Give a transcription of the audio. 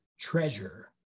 treasure